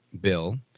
bill